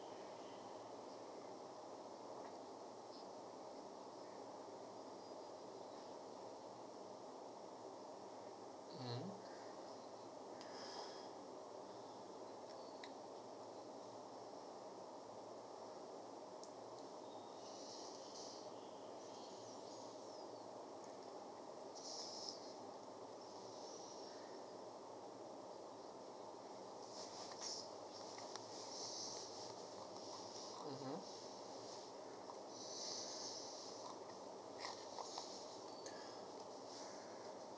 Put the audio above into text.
mmhmm mmhmm